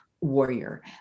warrior